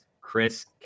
Chris